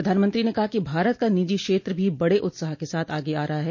प्रधानमंत्री ने कहा कि भारत का निजी क्षेत्र भी बड़े उत्साह के साथ आगे आ रहा है